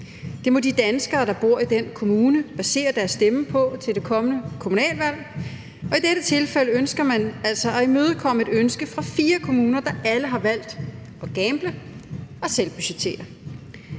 det må de danskere, der bor i den kommune, basere deres stemme på til det kommende kommunalvalg. I dette tilfælde ønsker man altså at imødekomme et ønske fra fire kommuner, der alle har valgt at gamble – at selvbudgettere.